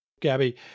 Gabby